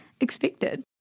Expected